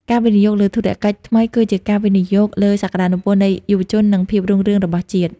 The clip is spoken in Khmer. ការវិនិយោគលើធុរកិច្ចថ្មីគឺជាការវិនិយោគលើសក្ដានុពលនៃយុវជន និងភាពរុងរឿងរបស់ជាតិ។